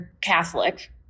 Catholic